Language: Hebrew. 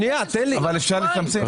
אבל אפשר לצמצם.